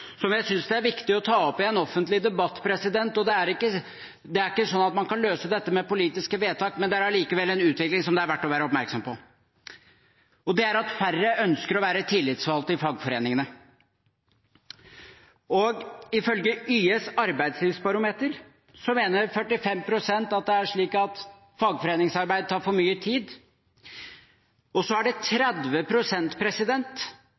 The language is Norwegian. som jeg synes det er viktig å ta opp i en offentlig debatt. Det er ikke sånn at man kan løse dette med politiske vedtak, men det er allikevel en utvikling som det er verdt å være oppmerksom på: Færre ønsker å være tillitsvalgte i fagforeningene. Ifølge YS Arbeidslivsbarometer mener 45 pst. at fagforeningsarbeid tar for mye tid, og 30 pst. sier at de ikke er interessert i fagforeningsarbeid. Det